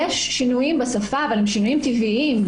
יש שינויים בשפה אבל הם שינויים טבעיים,